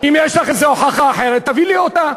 אם יש לך איזה הוכחה אחרת, תביאי לי אותה.